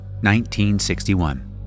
1961